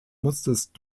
musstest